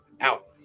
out